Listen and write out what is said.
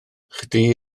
chdi